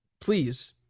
Please